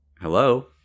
Hello